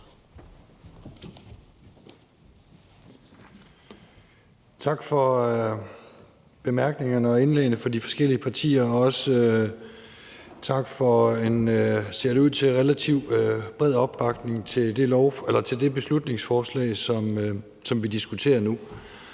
Tak for bemærkningerne og indlæggene fra de forskellige partier, og også tak for en – ser det ud til – relativt bred opbakning til det beslutningsforslag, som vi diskuterer nu.